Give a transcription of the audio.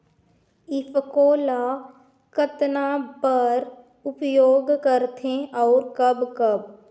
ईफको ल कतना बर उपयोग करथे और कब कब?